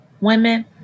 women